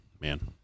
Man